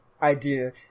idea